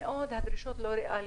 הדרישות לא ריאליות.